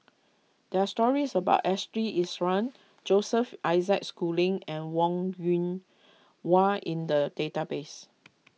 there are stories about Ashley Isham Joseph Isaac Schooling and Wong Yoon Wah in the database